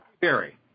Barry